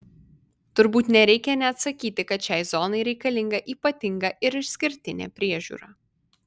turbūt nereikia net sakyti kad šiai zonai reikalinga ypatinga ir išskirtinė priežiūra